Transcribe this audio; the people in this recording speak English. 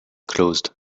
closed